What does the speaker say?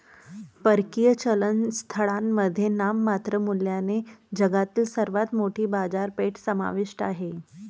परकीय चलन स्थळांमध्ये नाममात्र मूल्याने जगातील सर्वात मोठी बाजारपेठ समाविष्ट आहे